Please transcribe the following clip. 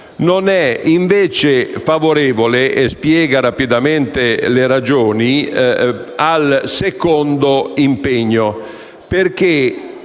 non è invece favorevole - e ne spiego rapidamente le ragioni - al secondo impegno.